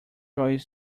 joy